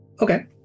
okay